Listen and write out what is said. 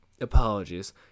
Apologies